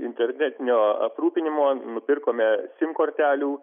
internetinio aprūpinimo nupirkome sim kortelių